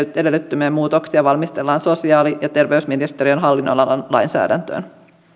edellyttämiä muutoksia valmistellaan sosiaali ja terveysministeriön hallinnonalan lainsäädäntöön